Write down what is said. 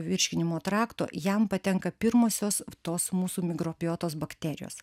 virškinimo trakto jam patenka pirmosios tos mūsų mikrobiotos bakterijos